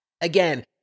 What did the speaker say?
Again